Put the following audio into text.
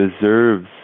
deserves